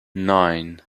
nine